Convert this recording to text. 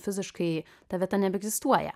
fiziškai ta vieta nebeegzistuoja